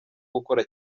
gukora